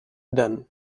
done